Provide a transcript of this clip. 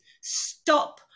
stop